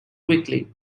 quickly